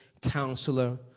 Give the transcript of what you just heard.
counselor